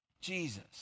Jesus